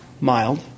Mild